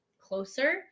closer